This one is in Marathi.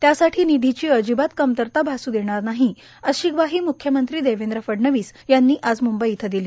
त्यासाठी निधीची अजिबात कमतरता भासू देणार नाही अशी ग्वाही म्ख्यमंत्री देवेंद्र फडणवीस यांनी आज म्ंबई इथं दिली